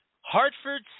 hartford